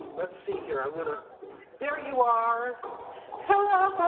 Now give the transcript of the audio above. lets see here, i'm going. ah there you are hello,